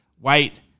white